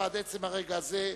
ועד עצם הרגע הזה,